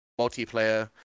multiplayer